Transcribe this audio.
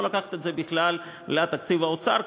או לקחת את זה בכלל לתקציב האוצר,